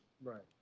right